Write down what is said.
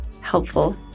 helpful